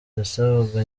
yasabaga